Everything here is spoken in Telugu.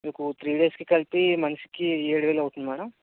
మీకు త్రీ డేస్కి కలిపి మనిషికి ఏడు వేలు అవుతుంది మ్యాడమ్